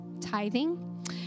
tithing